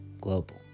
global